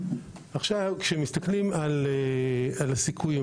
כשמסתכלים על הסיכויים,